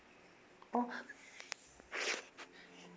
oh